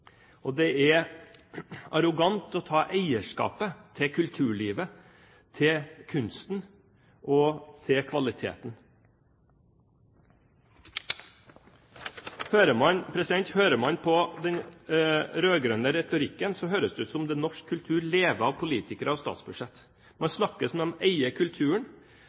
og det er arrogant å ta eierskapet til kulturlivet, til kunsten og til kvaliteten. Hører man på den rød-grønne retorikken, høres det ut som om norsk kultur lever av politikere og statsbudsjett. Man snakker som om man eier kulturen.